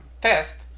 test